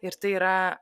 ir tai yra